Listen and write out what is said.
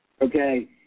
Okay